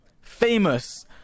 famous